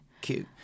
cute